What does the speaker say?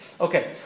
Okay